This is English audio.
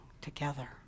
together